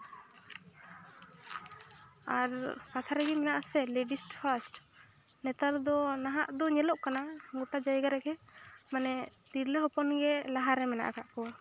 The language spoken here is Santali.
ᱟᱨ ᱠᱟᱛᱷᱟ ᱨᱮᱜᱮ ᱢᱮᱱᱟᱜᱼᱟ ᱥᱮ ᱞᱮᱰᱤᱥ ᱯᱷᱟᱥᱴ ᱱᱮᱛᱟᱨ ᱫᱚ ᱱᱟᱦᱟᱜ ᱫᱚ ᱧᱮᱞᱚᱜ ᱠᱟᱱᱟ ᱜᱚᱴᱟ ᱡᱟᱭᱜᱟ ᱨᱮᱜᱮ ᱢᱟᱱᱮ ᱛᱤᱨᱞᱟᱹ ᱦᱚᱯᱚᱱ ᱜᱮ ᱞᱟᱦᱟᱨᱮ ᱢᱮᱱᱟᱜ ᱠᱟᱫ ᱠᱚᱣᱟ